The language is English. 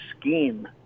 scheme